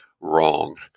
Wrong